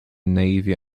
navy